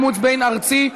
אימוץ בין-ארצי),